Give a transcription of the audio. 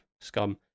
scum